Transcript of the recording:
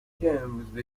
داستانهایی